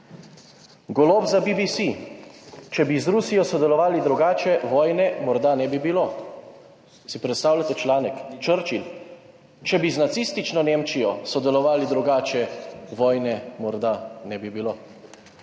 Golob za BBC, »Če bi z Rusijo sodelovali drugače, vojne morda ne bi bilo.«. Si predstavljate članek, Churchill, če bi z nacistično Nemčijo sodelovali drugače, vojne morda ne bi bilo.